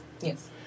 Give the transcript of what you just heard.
Yes